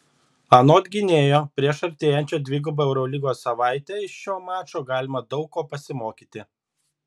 anot gynėjo prieš artėjančią dvigubą eurolygos savaitę iš šio mačo galima daug ko pasimokyti